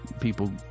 people